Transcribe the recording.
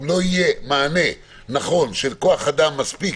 אם לא יהיה מענה נכון של כוח אדם מספיק,